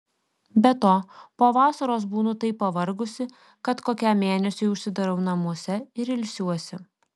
be to po vasaros būnu taip pavargusi kad kokiam mėnesiui užsidarau namuose ir ilsiuosi